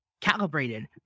calibrated